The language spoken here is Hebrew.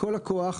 כל לקוח,